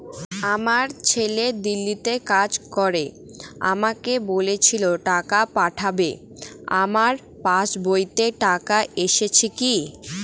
আমার ছেলে দিল্লীতে কাজ করে আমাকে বলেছিল টাকা পাঠাবে আমার পাসবইতে টাকাটা এসেছে কি?